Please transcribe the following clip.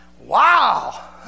Wow